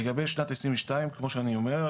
לגבי שנת 2022, כמו שאמרתי,